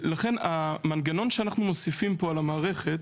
המנגנון שאנחנו מוסיפים פה על המערכת